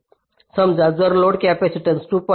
समजा जर load capacitance 2